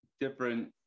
different